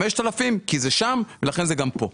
5,000 כי זה שם, לכן זה גם פה.